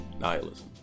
nihilism